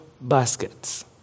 baskets